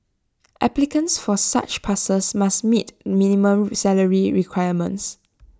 applicants for such passes must meet minimum salary requirements